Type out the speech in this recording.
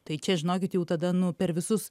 tai čia žinokit jau tada nu per visus